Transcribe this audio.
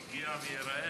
יגיע וייראה.